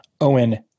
Owen